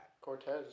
Cortez